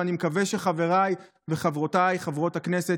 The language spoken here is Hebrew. ואני מקווה שחבריי וחברותיי חברות הכנסת